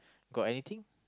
got anything